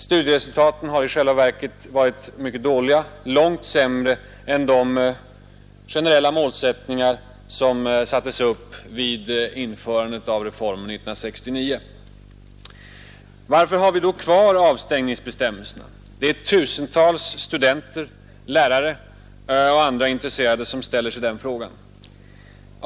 Studieresultaten har i själva verket varit mycket dåliga, långt sämre än de generella målsättningar som sattes upp vid införandet av reformen år 1969. Varför har vi då kvar avstängningsbestämmelserna? Det är tusentals studenter, lärare och andra intresserade som ställer sig den frågan.